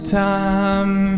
time